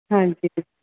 ਹਾਂਜੀ